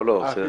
לא, בסדר.